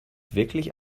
wirklich